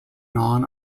non